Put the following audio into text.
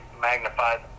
magnifies